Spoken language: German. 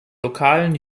lokalen